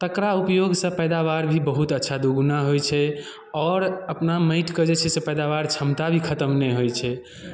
तकरा उपयोगसँ पैदावार भी बहुत अच्छा दुगुना होइ छै आओर अपना माटिके जे छै से पैदावार क्षमता भी खतम नहि होइ छै